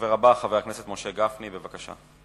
הדובר הבא, חבר הכנסת משה גפני, בבקשה.